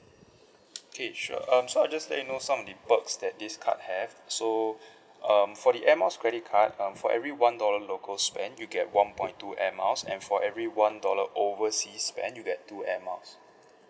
okay sure um so I'll just like you know some of the perks that this card have so um for the air miles credit card um for every one dollar local spend you get one point two air miles and for every one dollar oversea spend you get two air miles